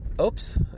oops